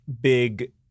big